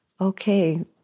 okay